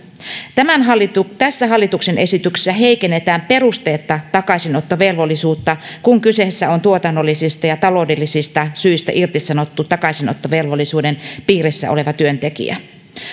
tässä hallituksen esityksessä heikennetään perusteetta takaisinottovelvollisuutta kun kyseessä on tuotannollisista ja taloudellisista syistä irtisanottu takaisinottovelvollisuuden piirissä oleva työntekijä